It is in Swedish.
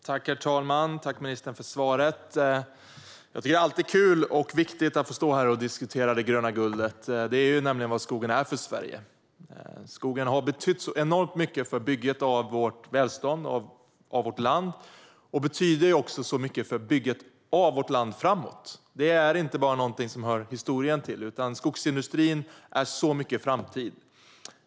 Herr talman! Tack, ministern, för svaret! Det är alltid kul och viktigt att få står här och diskutera det gröna guldet. Det är ju nämligen vad skogen är för Sverige. Skogen har betytt enormt mycket för bygget av vårt välstånd och för vårt land. Skogen betyder också mycket för bygget av vårt land framåt. Det är inte bara någonting som hör historien till, utan skogsindustrin är så mycket av framtid.